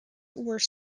were